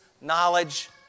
knowledge